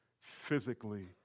physically